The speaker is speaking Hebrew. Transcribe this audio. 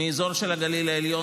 מהאזור של הגליל העליון,